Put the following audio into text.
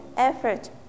effort